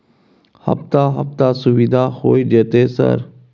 हफ्ता हफ्ता सुविधा होय जयते सर?